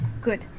good